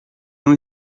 não